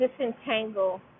disentangle